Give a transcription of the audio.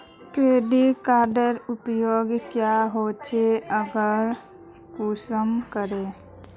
Credit कार्डेर उपयोग क्याँ होचे आर कुंसम करे?